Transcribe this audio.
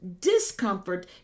discomfort